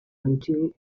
into